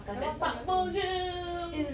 that [one] park bo gum